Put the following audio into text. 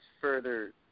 further